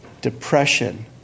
depression